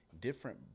different